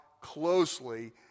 closely